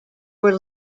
were